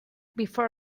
before